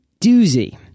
doozy